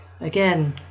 again